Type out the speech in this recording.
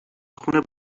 خون